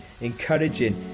encouraging